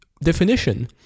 definition